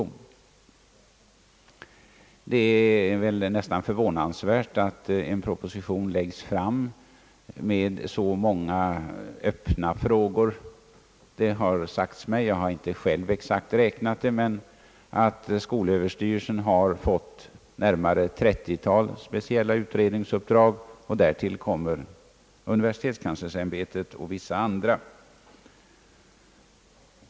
Det är nästan förvånansvärt att en proposition läggs fram med så många öppna frågor. Det har sagts mig — jag har inte själv exakt räknat dem — att skolöverstyrelsen har fått närmare ett trettiotal speciella utredningsuppdrag, och därtill kommer uppdrag som lämnats till universitetskanslers ämbetet och vissa andra.